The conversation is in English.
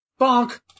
Bonk